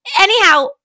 Anyhow-